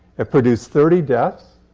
it produced thirty deaths.